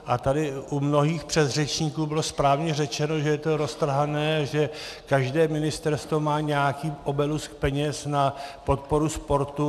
A tady u mnohých předřečníků bylo správně řečeno, že je to roztrhané, že každé ministerstvo má nějaký obolus peněz na podporu sportu.